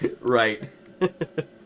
Right